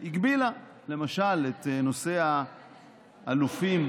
והגבילה, למשל נושא האלופים